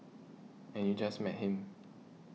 and you just met him